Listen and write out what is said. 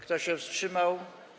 Kto się wstrzymał?